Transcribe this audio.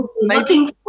looking